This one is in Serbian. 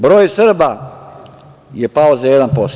Broj Srba je pao za 1%